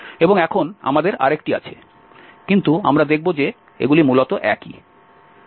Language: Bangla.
এবং এখন আমাদের আরেকটি আছে কিন্তু আমরা দেখব যে এগুলি মূলত একই